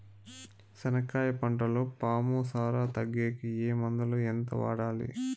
చెనక్కాయ పంటలో పాము సార తగ్గేకి ఏ మందులు? ఎంత వాడాలి?